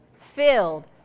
filled